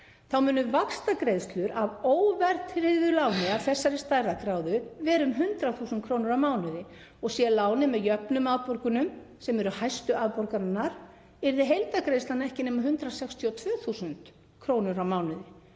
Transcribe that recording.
4% munu vaxtagreiðslur af óverðtryggðu láni af þessari stærðargráðu vera um 100.000 kr. á mánuði. Sé lánið með jöfnum afborgunum, sem eru hæstu afborganirnar, yrði heildargreiðslan ekki nema 162.000 kr. á mánuði.